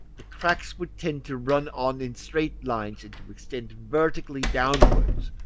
the cracks would tend to run on in straight lines and to extend vertically downwards,